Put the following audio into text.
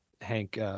Hank